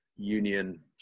union